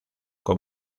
con